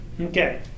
okay